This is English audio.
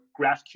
GraphQL